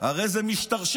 הרי זה משתרשר.